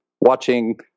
watching